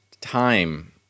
time